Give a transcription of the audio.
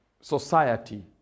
society